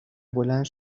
بلند